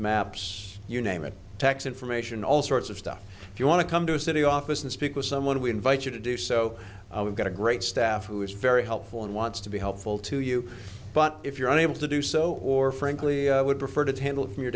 maps you name it tax information all sorts of stuff if you want to come to a city office and speak with someone we invite you to do so so we've got a great staff who is very helpful and wants to be helpful to you but if you're unable to do so or frankly i would prefer to table from your